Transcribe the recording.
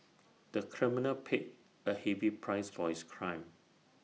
the criminal paid A heavy price for his crime